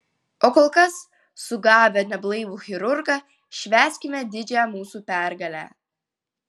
o kol kas sugavę neblaivų chirurgą švęskime didžią mūsų pergalę